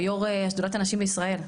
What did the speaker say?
ויו"ר שדולת הנשים בישראל,